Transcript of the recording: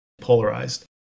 polarized